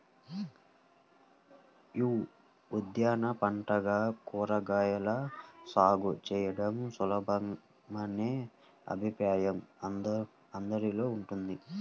యీ ఉద్యాన పంటలుగా కూరగాయల సాగు చేయడం సులభమనే అభిప్రాయం అందరిలో ఉంది